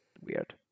weird